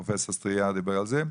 פרופ' סטריאר דיבר על זה.